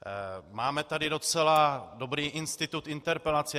Máme tady docela dobrý institut interpelace.